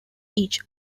each